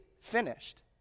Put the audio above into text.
finished